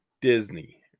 Disney